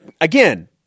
again